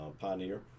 Pioneer